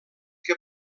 que